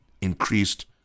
increased